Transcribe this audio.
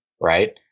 right